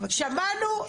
שמענו,